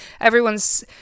everyone's